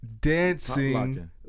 dancing